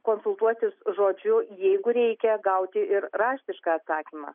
konsultuotis žodžiu jeigu reikia gauti ir raštišką atsakymą